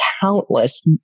countless